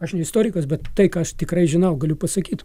aš ne istorikas bet tai ką aš tikrai žinau galiu pasakyt